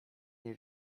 nie